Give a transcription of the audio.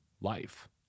life